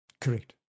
Correct